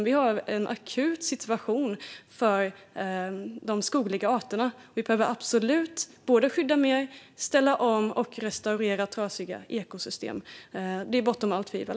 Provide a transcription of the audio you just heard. Vi har en akut situation för de skogliga arterna. Vi behöver absolut skydda mer, ställa om och restaurera trasiga ekosystem. Det är bortom allt tvivel.